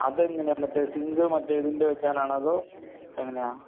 അതെങ്ങനെയാണ് മറ്റേ സിങ്ക് മറ്റേതിൻ്റെ വയ്ക്കാനാണോ അതോ എങ്ങനെയാണ്